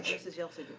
mrs. yelsey did.